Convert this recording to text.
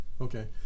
Okay